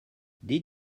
did